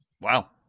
Wow